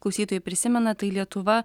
klausytojai prisimena tai lietuva